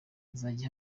hazajya